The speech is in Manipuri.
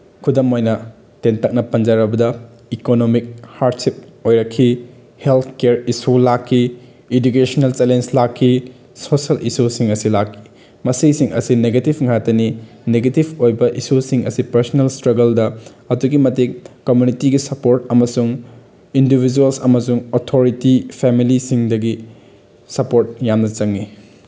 ꯈꯨꯗꯝ ꯑꯣꯏꯅ ꯇꯦꯟꯇꯛꯅ ꯄꯟꯖꯔꯕꯗ ꯏꯀꯣꯅꯣꯃꯤꯛ ꯍꯥꯔꯠꯁꯤꯞ ꯑꯣꯏꯔꯛꯈꯤ ꯍꯦꯜꯠ ꯀꯤꯌꯔ ꯏꯁꯨ ꯂꯥꯛꯈꯤ ꯏꯗꯨꯀꯦꯁꯅꯦꯜ ꯆꯦꯂꯦꯟꯁ ꯂꯥꯛꯈꯤ ꯁꯣꯁꯦꯜ ꯏꯁꯨꯁꯤꯡ ꯑꯁꯤ ꯂꯥꯛꯈꯤ ꯃꯁꯤꯁꯤꯡ ꯑꯁꯤ ꯅꯦꯒꯦꯇꯤꯐ ꯉꯥꯛꯇꯅꯤ ꯅꯦꯒꯦꯇꯤꯐ ꯑꯣꯏꯕ ꯏꯁꯨꯁꯤꯡ ꯑꯁꯤ ꯄꯔꯁꯅꯦꯜ ꯏꯁꯇ꯭ꯔꯒꯜꯗ ꯑꯗꯨꯛꯀꯤ ꯃꯇꯤꯛ ꯀꯃꯨꯅꯤꯇꯤꯒꯤ ꯁꯄꯣꯔꯠ ꯑꯃꯁꯨꯡ ꯏꯟꯗꯤꯚꯤꯖ꯭ꯋꯦꯜꯁ ꯑꯃꯁꯨꯡ ꯑꯣꯊꯣꯔꯤꯇꯤ ꯐꯦꯃꯤꯂꯤꯁꯤꯡꯗꯒꯤ ꯁꯄꯣꯔꯠ ꯌꯥꯝꯅ ꯆꯪꯉꯤ